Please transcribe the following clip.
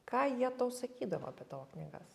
ką jie tau sakydavo apie tavo knygas